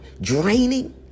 draining